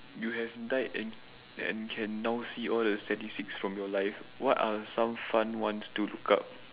you have died and and can now see all the statistics from your life what are some fun ones to look up